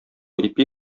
ипи